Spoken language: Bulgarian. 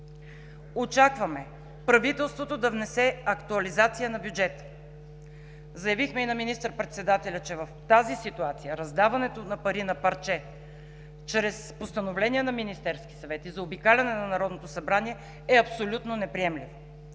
Очакваме правителството да внесе актуализация на бюджета. Заявихме и на министър-председателя, че в тази ситуация раздаването на пари на парче чрез постановление на Министерския съвет и заобикаляне на Народното събрание е абсолютно неприемливо.